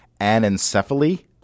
anencephaly